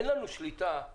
אין לנו שליטה על